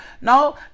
No